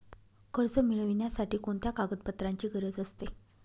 कर्ज मिळविण्यासाठी कोणत्या कागदपत्रांची गरज असते?